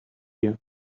here